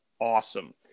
awesome